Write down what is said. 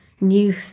new